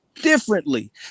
differently